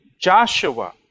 Joshua